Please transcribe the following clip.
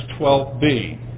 12B